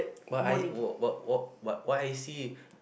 but I wh~ wh~ wh~ what what I see